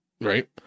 right